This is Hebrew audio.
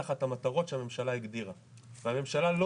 תחת המטרות שהממשלה הגדירה והממשלה לא